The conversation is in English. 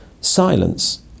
Silence